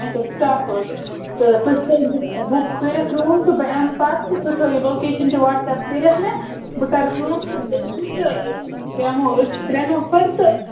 اچھا سِٹاف حظ تہٕ تُہۍ تھٲوزیٚو مےٚ بُک کٔرِتھ روٗم تہٕ بہٕ یِمہٕ پتہٕ تُہۍ تھٲوو لوکیشَن تہِ واٹس اَیٚپ کٔرِتھ مےٚ بہٕ کرٕ کام تہٕ بہٕ یِمہٕ تہٕ بیٚہمَو أسۍ چھِ ترٛےٚ نفر تہٕ